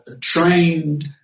trained